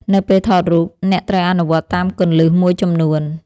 នៅពេលថតរូប អ្នកត្រូវអនុវត្តតាមគន្លឹះមួយចំនួន។